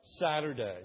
Saturday